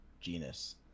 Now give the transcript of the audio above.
genus